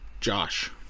Josh